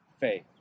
faith